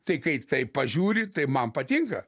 tai kaip tai pažiūri tai man patinka